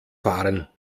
fahren